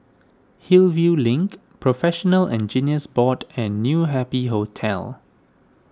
Hillview Link Professional Engineers Board and New Happy Hotel